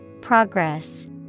Progress